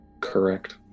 Correct